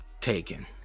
Taken